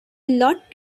lot